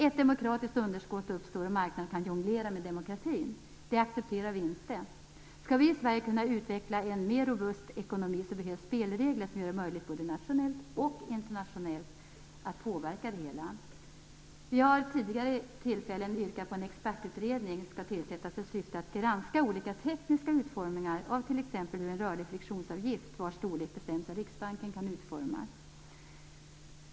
Ett demokratiskt underskott uppstår, och marknaden kan jonglera med demokratin. Det accepterar vi inte. Skall vi i Sverige kunna utveckla en mer robust ekonomi behövs spelregler som gör det möjligt att påverka det hela både nationellt och internationellt. Vi har vid tidigare tillfällen yrkat på att en expertutredning skall tillsättas i syfte att granska olika tekniska utformningar av t.ex. hur en rörlig friktionsavgift, vars storlek bestäms av Riksbanken, kan utformas.